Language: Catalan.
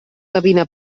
gavina